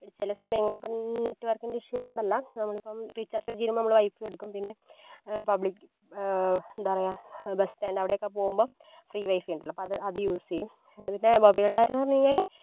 ചില സമയങ്ങള് ഇപ്പം നെറ്റ്വർക്കിൻ്റെ ഇഷ്യുകൊണ്ടല്ല നമ്മളിപ്പം റീചാർജൊക്കെ ചെയ്യുമ്പോൾ നമ്മള് വൈഫൈ എടുക്കും പിന്നെ പബ്ലിക് എന്താ പറയുക ബസ്റ്റാൻഡ് അവിടെയൊക്കെ പോകുമ്പം ഫ്രീ വൈഫൈ ഉണ്ടല്ലോ അപ്പോൾ അത് അത് യൂസ് ചെയ്യും എന്ന് പിന്നെ മൊബൈൽ ഡാറ്റാന്ന് പറഞ്ഞുകഴിഞ്ഞാല്